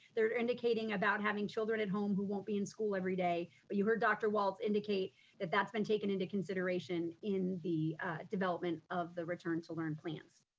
they're indicating about having children at home who won't be in school every day. but you've heard dr. walts indicate that that's been taken into consideration, in the development of the return to learn plans.